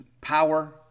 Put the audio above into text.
power